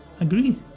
agree